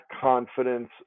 confidence